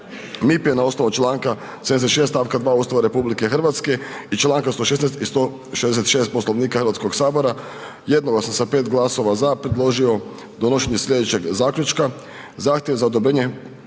MIP je na osnovu čl. 76. st. 2. Ustava RH i čl. 116. i 166. Poslovnika HS jednoglasno sa 5 glasova za predložio donošenje slijedećeg zaključka. Zahtjev za odobrenje